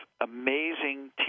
amazing